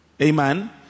Amen